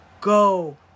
Go